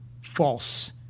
false